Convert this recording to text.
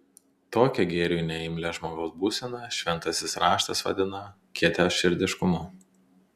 tokią gėriui neimlią žmogaus būseną šventasis raštas vadina kietaširdiškumu